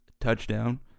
touchdown